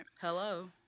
Hello